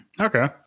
Okay